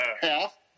half